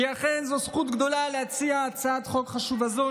כי אכן זו זכות גדולה להציע הצעת חוק חשובה זו,